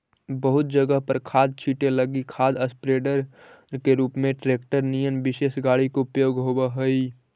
बहुत जगह पर खाद छीटे लगी खाद स्प्रेडर के रूप में ट्रेक्टर निअन विशेष गाड़ी के उपयोग होव हई